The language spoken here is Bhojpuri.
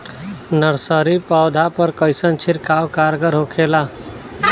नर्सरी पौधा पर कइसन छिड़काव कारगर होखेला?